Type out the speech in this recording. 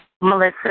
Melissa